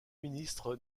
ministre